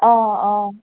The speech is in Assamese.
অঁ অঁ